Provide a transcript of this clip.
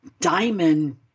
diamond